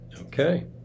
Okay